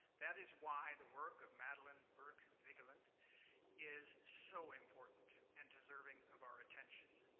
that is why the work of madeline burke-vigeland is so important, and deserving of our attention.